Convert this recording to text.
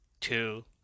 two